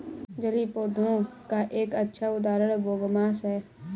जलीय पौधों का एक अच्छा उदाहरण बोगमास है